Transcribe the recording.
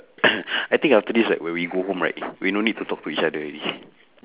I think after this right when we go home right we no need to talk to each other already